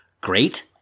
Great –